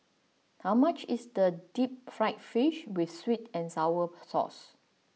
how much is the Deep Fried Fish with sweet and sour sauce